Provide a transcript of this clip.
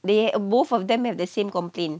they both of them have the same complaint